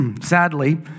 Sadly